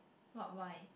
what wine